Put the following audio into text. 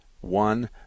one